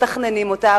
מתכננים אותה,